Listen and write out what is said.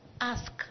Ask